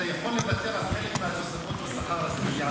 אתה יכול לוותר על חלק מהתוספות בשכר הזה.